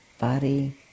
body